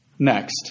Next